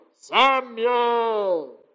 Samuel